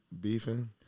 beefing